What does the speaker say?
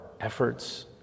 efforts